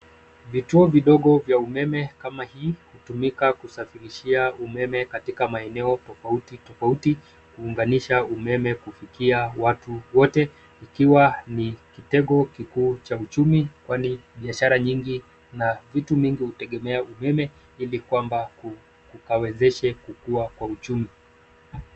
Vituo vidogo vya umeme kama hii hutumika kusafirishia umeme katika maeneo tofauti tofauti kuunganisha umeme kufikia watu wote ikiwa ni kitengo kikuu cha uchumi kwani biashara nyingi na vitu mingi hutegemea umeme ili kwamba kukawezeshe kukua kwa uchumi.